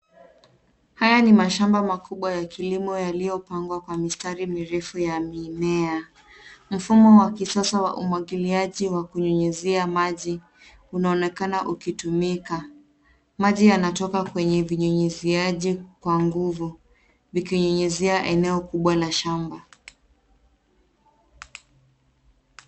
Haya ni mashamba makubwa ya kilimo yaliyopagwa kwa mistari mirefu ya mimea. Mfumo wa kisasa wa umwagiliaji wa kunyunyuzia maji unaonekana ukitumika. Maji yanatoka kwenye vinyunyuziaji kwa nguvu vikinyunyuzia eneo kubwa la shamba.